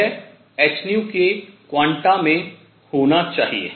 यह hν के क्वांटा में होना चाहिए